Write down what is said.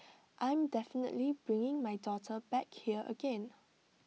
I'm definitely bringing my daughter back here again